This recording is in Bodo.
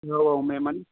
औ औ मेम मानि